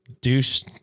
douche